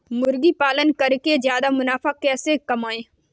मुर्गी पालन करके ज्यादा मुनाफा कैसे कमाएँ?